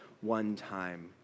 one-time